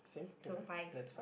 so five